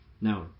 Now